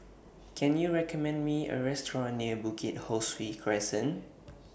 Can YOU recommend Me A Restaurant near Bukit Ho Swee Crescent